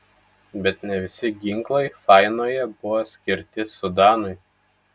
bet ne visi ginklai fainoje buvo skirti sudanui